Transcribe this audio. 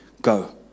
Go